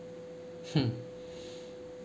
hmm